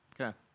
Okay